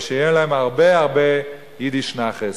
ושיהיה להם הרבה הרבה "יידיש נאחעס",